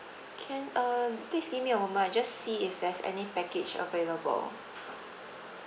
can uh please give me a moment I just see if there's any package available